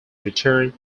return